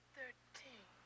Thirteen